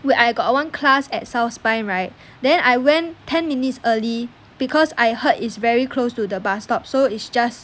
where I got one class at south spine right then I went ten minutes early because I heard is very close to the bus stop so is just